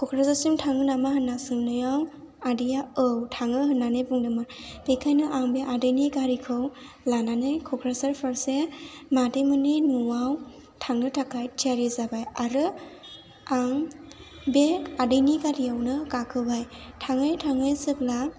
क'क्राझारसिम थांनो नामा होनना सोंनायाव आदैया औ थाङो होननानै बुंदोंमोन बेनिखायनो आं बे आदैनि गारिखौ लानानै क'क्राझार फारसे मादैमोननि न'आव थांनो थाखाय थियारि जाबाय आरो आं बे आदैनि गारियावनो गाखोबाय थाङै थाङै जेब्ला